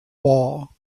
wall